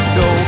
go